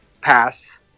pass